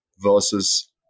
versus